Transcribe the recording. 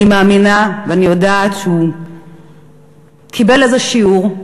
אני מאמינה ואני יודעת שהוא קיבל איזה שיעור.